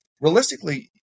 realistically